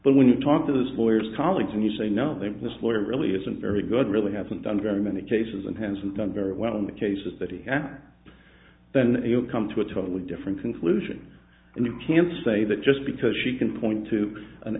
but when you talk to those lawyers colleagues and you say no think this lawyer really isn't very good really hasn't done very many cases and hasn't done very well in the cases that he at then you come to a totally different conclusion and you can say that just because she can point to an